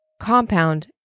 compound